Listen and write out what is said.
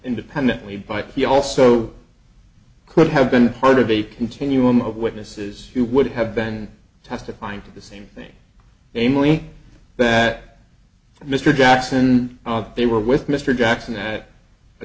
independently by he also could have been part of a continuum of witnesses who would have been testifying to the same thing namely that mr jackson out they were with mr jackson at